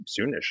soonish